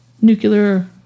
nuclear